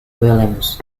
williams